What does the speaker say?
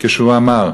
כשאמר: